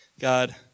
God